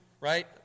right